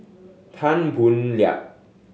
Tan Boo Liat